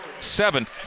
seven